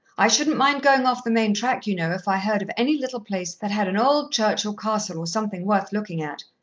i shouldn't mind going off the main track, you know, if i heard of any little place that had an old church or castle or something worth looking at.